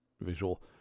visual